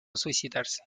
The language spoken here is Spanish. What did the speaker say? suicidarse